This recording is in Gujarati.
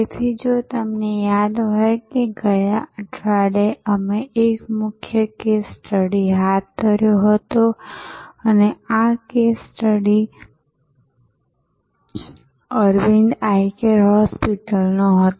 તેથી જો તમને યાદ હોય કે ગયા અઠવાડિયે અમે એક મુખ્ય કેસ સ્ટડી હાથ ધર્યો હતો અને આ case study Aravind eye care હોસ્પિટલનો હતો